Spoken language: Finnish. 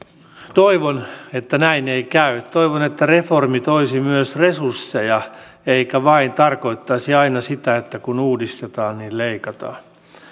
toivon että näin ei käy toivon että reformi toisi myös resursseja eikä vain tarkoittaisi aina sitä että kun uudistetaan niin leikataan